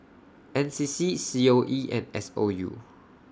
N C C C O E and S O U